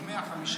ב-150 טעמים.